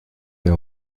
mehr